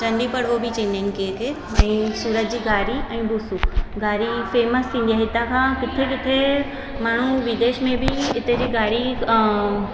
चंडी पड़वो बि चईंदा आहिनि केर केर ऐं सूरत जी घारी ऐं भूसो घारी फ़ेम्स थींदी आहे हितां खां किथे किथे माण्हू विदेश में बि हिते जी घारी